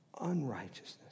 unrighteousness